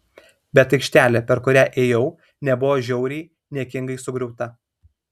bet aikštelė per kurią ėjau nebuvo žiauriai niekingai sugriauta